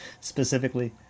specifically